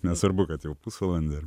nesvarbu kad jau pusvalandį ar